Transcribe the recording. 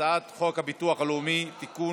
הצעת חוק הביטוח הלאומי (תיקון,